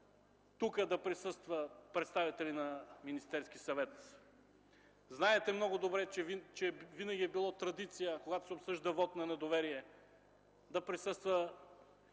тук да присъстват представители на Министерския съвет. Знаете много добре, че винаги е било традиция, когато се обсъжда вот на недоверие, да присъства